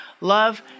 love